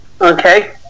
Okay